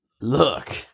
Look